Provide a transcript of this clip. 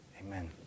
Amen